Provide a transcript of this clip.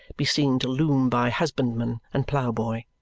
be seen to loom by husbandman and ploughboy.